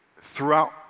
Throughout